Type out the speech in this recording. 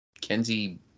Kenzie